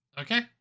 Okay